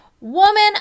woman